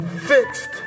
fixed